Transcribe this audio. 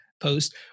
post